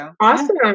Awesome